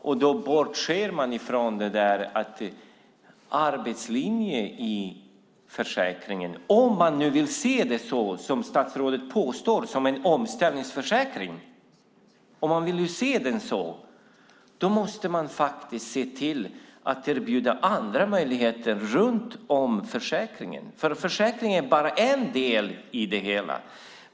Men då bortser man från att arbetslinjen i försäkringen, om man nu vill se det som en omställningsförsäkring vilket statsrådet påstår, innebär att man faktiskt måste se till att erbjuda andra möjligheter runt försäkringen. Försäkringen är bara en del i det hela.